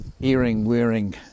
earring-wearing